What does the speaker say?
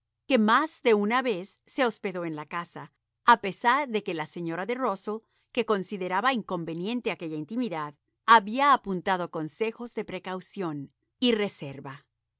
que más de una vez se hospedó en la casa a pesar de que la señora de rusell que consideraba inconveniente aquella intimidad había apuntado consejos de precaución y reserva